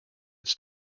its